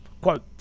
Quote